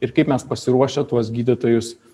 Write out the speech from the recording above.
ir kaip mes pasiruošę tuos gydytojus